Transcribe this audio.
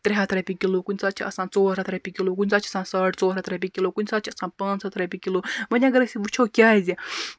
رۄپیہِ کِلوٗ کُنہِ ساتہٕ چھُ آسان ژور ہَتھ رۄپیہِ کِلوٗ کُنہِ ساتہٕ چھُ آسان ساڈ ژور ہَتھ رۄپیہِ کِلوٗ کُنہِ ساتہٕ چھُ آسان پانٛژھ ہَتھ رۄپیہِ کِلوٗ وۄنۍ اَگر أسۍ وُچھو کیازِ